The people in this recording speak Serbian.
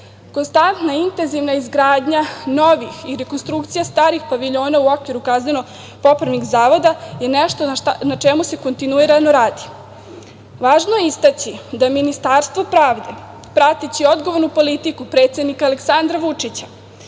Konstantna intenzivna izgradnja novih i rekonstrukcija starih paviljona u okviru kazneno-popravnih zavoda je nešto na čemu se kontinuirano radi. Važno je istaći da Ministarstvo pravde, prateći odgovornu politiku predsednika Aleksandra Vučića,